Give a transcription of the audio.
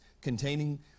containing